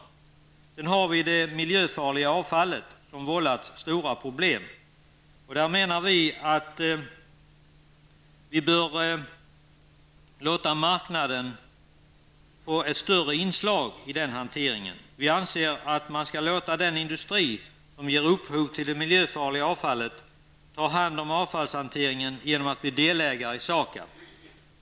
Vidare har vi frågan om det miljöfarliga avfallet som har vållat stora problem. Där menar vi moderater att vi bör låta marknaden få större inslag i den hanteringen. Vi anser att man skall låta den industri som ger upphov till det miljöfarliga avfallet ta hand om avfallshanteringen genom att bli delägare i SAKAB.